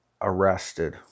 arrested